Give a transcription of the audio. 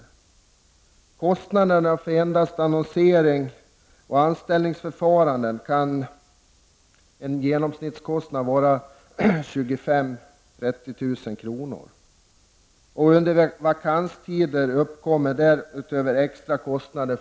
Enbart kostnaderna för annonsering och anställningsförfarande kan genomsnittligt vara Herr talman!